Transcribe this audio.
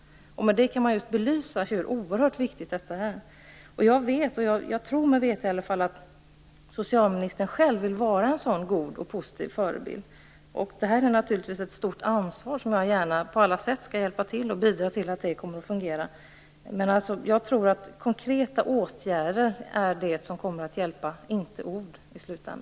Med detta vill jag belysa hur oerhört viktigt det är med förebilder. Jag tror mig veta att socialministern själv vill vara en god och positiv förebild. Det innebär naturligtvis ett stort ansvar och jag skall gärna på alla sätt hjälpa till och bidra för att det skall fungera. Men i slutändan är det konkreta åtgärder, inte ord, som kommer att vara till hjälp.